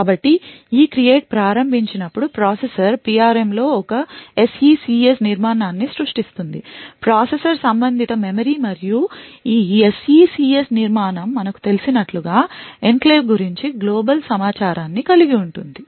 కాబట్టి ECREATE ప్రారంభించినప్పుడు processor PRM లో ఒక SECS నిర్మాణాన్ని సృష్టిస్తుంది ప్రాసెసర్ సంబంధిత మెమరీ మరియు ఈ SECS నిర్మాణం మనకు తెలిసినట్లుగా ఎన్క్లేవ్ గురించి global సమాచారాన్ని కలిగి ఉంటుంది